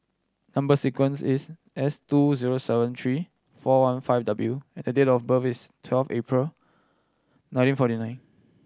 number sequence is S two zero seven three four one five W and the date of birth is twelve April nineteen forty nine